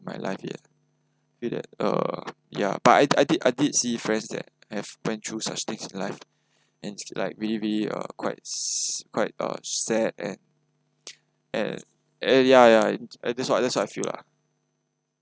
in my life yet feel that uh yeah but I I did I did see friends that have went through such things in life and it's like really really a quite quite uh sad and and and ya ya and that's what that's what I feel lah